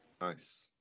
Nice